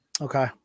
Okay